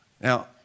Now